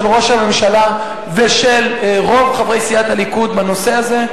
ראש הממשלה ושל רוב חברי סיעת הליכוד בנושא הזה,